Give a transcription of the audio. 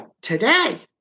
today